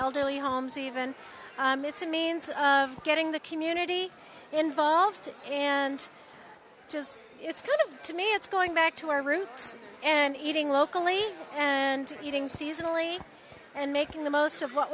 elderly homes even it's a means of getting the munity involved and just it's kind of to me it's going back to our roots and eating locally and eating seasonally and making the most of what